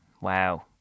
Wow